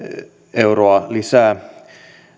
euroa lisää